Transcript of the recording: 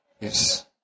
Yes